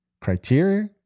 criteria